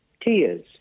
tears